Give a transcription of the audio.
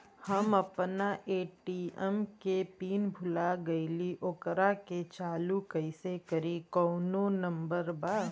हम अपना ए.टी.एम के पिन भूला गईली ओकरा के चालू कइसे करी कौनो नंबर बा?